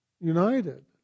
United